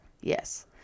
Yes